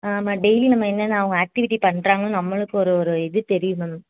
ஆமாம் டெய்லியும் நம்ம என்னென்ன அவங்க ஆக்டிவிட்டி பண்ணுறாங்கன்னு நம்மளுக்கு ஒரு ஒரு இது தெரியணும்